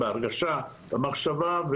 בהרגשה ובמחשבה,